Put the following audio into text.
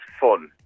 fun